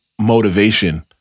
motivation